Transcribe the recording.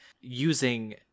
Using